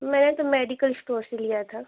मैंने तो medical store से लिया था